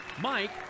Mike